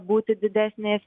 būti didesnės